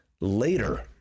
later